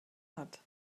hat